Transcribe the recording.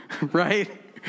right